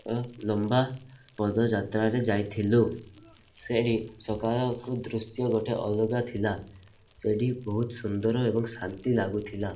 ଲମ୍ବା ପଦଯାତ୍ରାରେ ଯାଇଥିଲୁ ସେଇଠି ସକାଳ ଦୃଶ୍ୟ ଗୋଟେ ଅଲଗା ଥିଲା ସେଇଠି ବହୁତ ସୁନ୍ଦର ଏବଂ ଶାନ୍ତି ଲାଗୁଥିଲା